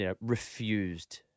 refused